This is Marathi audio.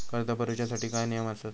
कर्ज भरूच्या साठी काय नियम आसत?